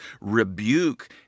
rebuke